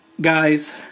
Guys